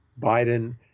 Biden